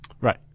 Right